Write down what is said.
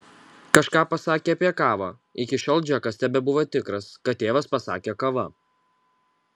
kažką pasakė apie kavą iki šiol džekas tebebuvo tikras kad tėvas pasakė kava